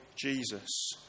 Jesus